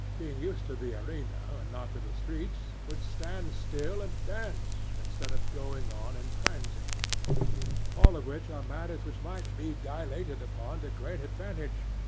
being used to the arena, and not to the streets, would stand still and dance, instead of going on and prancing all of which are matters which might be dilated upon to great advantage,